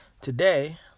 Today